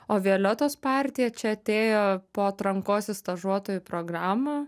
o violetos partija čia atėjo po atrankos į stažuotojų programą